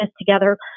together